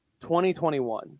2021